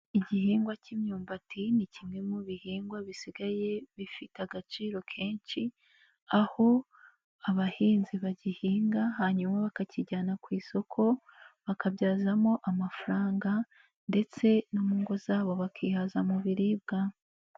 Igihingwa k'imyumbati ni kimwe mu bihingwa bisigaye bifite agaciro kenshi. Aho abahinzi bagihinga hanyuma bakakijyana ku isoko bakabyazamo amafaranga ndetse no mu ngo zabo bakihaza mu biribwa.